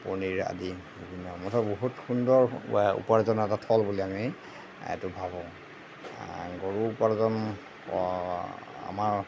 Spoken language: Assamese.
পনীৰ আদি বিভিন্ন মুঠৰ বহুত সুন্দৰ উপাৰ্জনৰ এটা থল বুলি আমি এইটো ভাবোঁ গৰু উপাৰ্জন আমাৰ